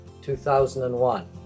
2001